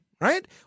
right